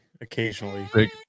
occasionally